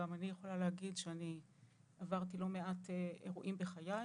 גם אני יכולה להגיד שאני עברתי לא מעט אירועים בחיי,